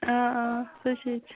آ آ سۄ چھِ ییٚتچی